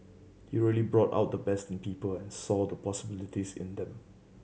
he really brought out the best in people and saw the possibilities in them